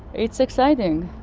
it's exciting.